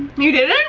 you didn't?